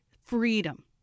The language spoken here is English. Freedom